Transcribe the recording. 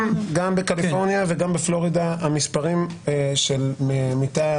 גם בקליפורניה וגם בפלורידה המספרים של מתים